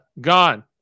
gone